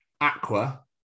Aqua